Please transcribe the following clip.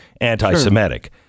anti-semitic